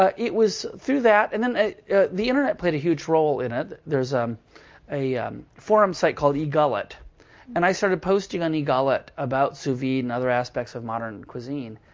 ah it was through that. and then the internet played a huge role in it. there's ah a forum site called egullet, and i started posting on egullet about sous vide and other aspects of modern cuisine.